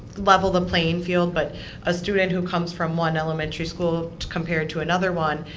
level the playing field. but a student who comes from one elementary school compared to another one,